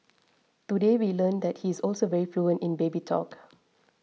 today we learned that he is also very fluent in baby talk